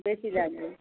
বেশি লাগবে